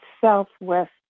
southwest